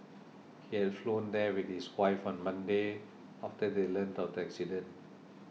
he had flown there with his wife on Monday after they learnt of the accident